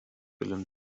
billion